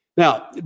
Now